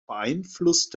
beeinflusst